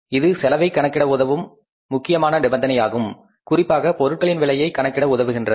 இது செலவை கணக்கிட உதவும் முக்கியமான நிபந்தனை ஆகும் குறிப்பாக பொருட்களின் விலையை கணக்கிட உதவுகின்றது